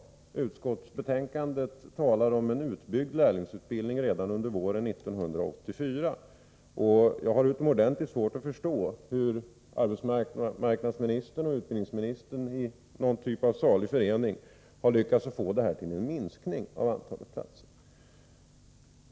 I utskottsbetänkandet talades om en utbyggd lärlingsutbildning redan under våren 1984: Jag har utomordentligt svårt att förstå hur arbetsmarknadsministern och utbildningsministern i någon salig förening har lyckats få det här till en minskning av antalet platser.